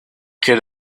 could